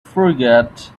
forget